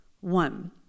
One